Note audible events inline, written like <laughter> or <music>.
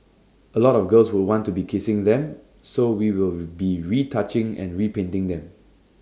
A lot of girls would want to be kissing them so we will <noise> be retouching and repainting them